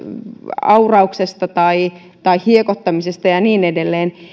aurauksesta tai tai hiekoittamisesta ja ja niin edelleen